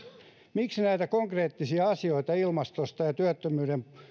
miksi näitä konkreettisia asioita ilmastosta ja työttömyyden